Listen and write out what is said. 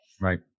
Right